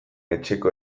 etxeko